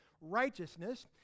Righteousness